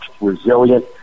resilient